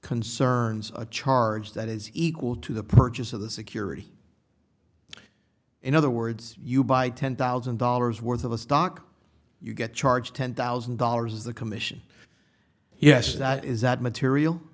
concerns a charge that is equal to the purchase of the security in other words you buy ten thousand dollars worth of a stock you get charged ten thousand dollars the commission yes that is that material